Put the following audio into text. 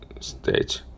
stage